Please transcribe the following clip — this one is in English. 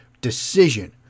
decision